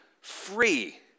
free